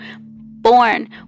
born